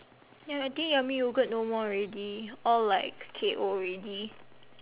ya I think yummy yogurt no more already all like K_O already